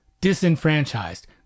disenfranchised